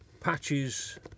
patches